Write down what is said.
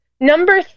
Number